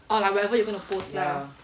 orh like whatever you're going to post lah